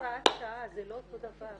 יש הוראת שעה, זה לא אותו דבר.